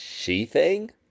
She-Thing